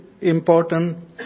important